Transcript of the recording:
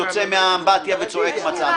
יוצא מהאמבטיה וצועק: מצאתי.